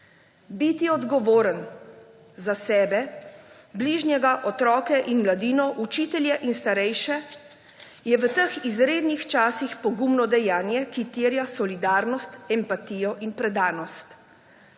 Biti odgovoren za sebe, bližnjega, otroke in mladino, učitelje in starejše je v teh izrednih časih pogumno dejanje, ki terja solidarnost, empatijo in predanost.